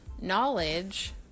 Knowledge